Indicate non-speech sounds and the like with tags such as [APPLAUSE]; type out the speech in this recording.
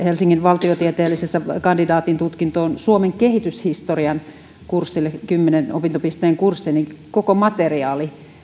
[UNINTELLIGIBLE] helsingin valtiotieteellisessä kandidaatin tutkintoon kuuluneelle suomen kehityshistorian kymmeneen opintopisteen kurssille koko materiaalin